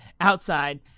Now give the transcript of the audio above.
outside